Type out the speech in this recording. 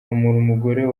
umugore